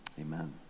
Amen